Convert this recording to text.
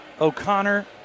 O'Connor